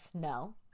no